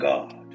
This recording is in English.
God